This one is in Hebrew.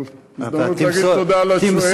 אבל הזדמנות להגיד תודה לשואל,